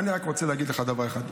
ואני רק רוצה להגיד לך דבר אחד: